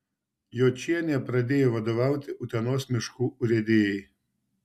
jočienė pradėjo vadovauti utenos miškų urėdijai